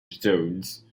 zones